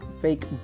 fake